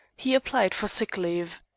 he applied for sick leave.